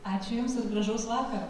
ačiū jums ir gražus vakaro